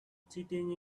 cheating